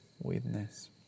witness